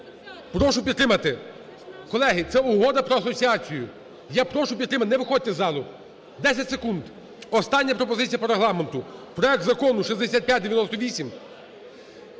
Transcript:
прошу підтримати. Колеги, це Угода про асоціацію, я прошу підтримати, не виходьте з залу, 10 секунд, остання пропозиція по Регламенту. Проект Закону 6598